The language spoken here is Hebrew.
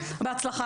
בהצלחה,